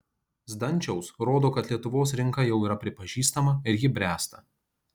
zdančiaus rodo kad lietuvos rinka jau yra pripažįstama ir ji bręsta